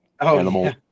animal